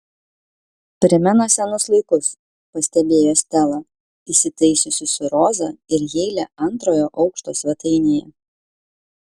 primena senus laikus pastebėjo stela įsitaisiusi su roza ir heile antrojo aukšto svetainėje